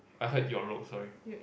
I heard your role sorry